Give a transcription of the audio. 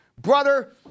Brother